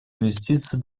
инвестиции